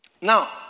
Now